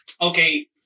okay